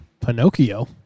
Pinocchio